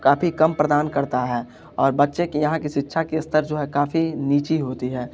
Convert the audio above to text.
काफ़ी कम प्रदान करता है और बच्चे की यहाँ की शिक्षा के स्तर जो है काफ़ी नीची होती है